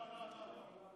לא, לא.